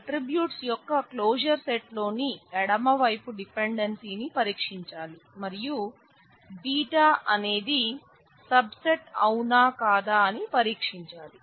attributes యొక్క closure set లోని ఎడమ వైపు డిపెండెన్సీ ని పరీక్షించాలి మరియు β అనేది సబ్ సెట్ అవునా కాదా అని పరీక్షించాలి